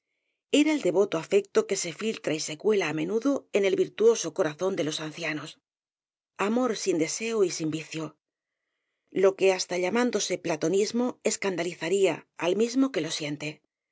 era el de voto afecto que se filtra y se cuela á menudo en el virtuoso corazón de los ancianos amor sin deseo y sin vicio lo que hasta llamándose platonismo es candalizaría al mismo que lo siente